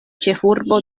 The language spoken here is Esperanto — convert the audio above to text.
ĉefurbo